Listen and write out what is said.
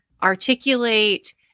articulate